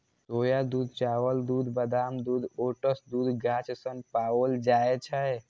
सोया दूध, चावल दूध, बादाम दूध, ओट्स दूध गाछ सं पाओल जाए छै